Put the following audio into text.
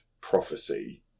Prophecy